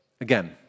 Again